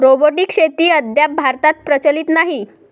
robotic शेती अद्याप भारतात प्रचलित नाही